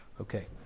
Okay